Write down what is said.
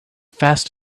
fast